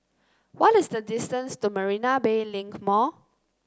what is the distance to Marina Bay Link Mall